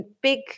big